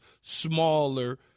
smaller